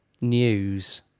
news